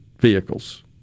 vehicles